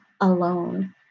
alone